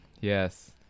Yes